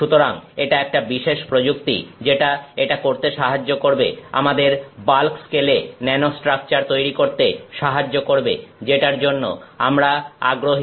সুতরাং এটা একটা বিশেষ প্রযুক্তি যেটা এটা করতে সাহায্য করবে আমাদের বাল্ক স্কেল এ ন্যানোস্ট্রাকচার তৈরি করতে সাহায্য করবে যেটার জন্য আমরা আগ্রহী